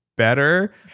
better